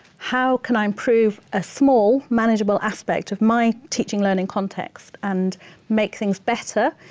how can i improve a small, manageable aspect of my teaching-learning context and make things better?